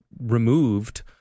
removed